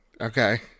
Okay